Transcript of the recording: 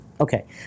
Okay